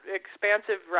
expansive